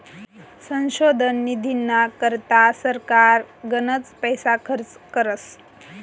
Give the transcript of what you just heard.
संशोधन निधीना करता सरकार गनच पैसा खर्च करस